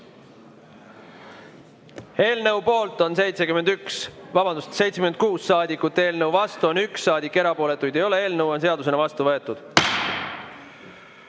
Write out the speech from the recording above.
Eelnõu poolt on 76 saadikut, eelnõu vastu on 1 saadik, erapooletuid ei ole. Eelnõu on seadusena vastu võetud.